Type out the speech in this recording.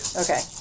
okay